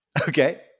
Okay